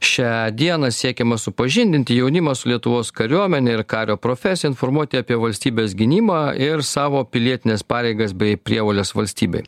šią dieną siekiama supažindinti jaunimą su lietuvos kariuomene ir kario profesija informuoti apie valstybės gynimą ir savo pilietines pareigas bei prievoles valstybei